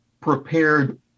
prepared